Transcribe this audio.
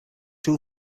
two